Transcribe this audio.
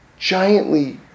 giantly